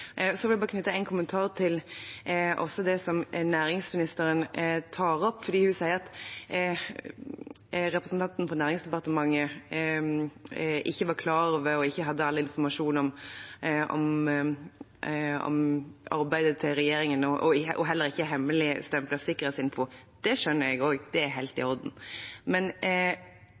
som næringsministeren tar opp. Hun sier at representanten fra Næringsdepartementet ikke var klar over og ikke hadde all informasjon om arbeidet til regjeringen og heller ikke hemmeligstemplet sikkerhetsinfo. Det skjønner jeg også, det er helt i orden. Men